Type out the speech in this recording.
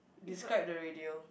describe the radio